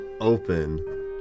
open